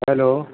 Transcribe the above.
hello